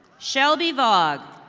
shelby vog.